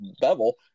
Bevel